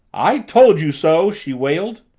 i told you so, she wailed.